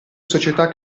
società